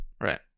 right